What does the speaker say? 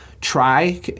try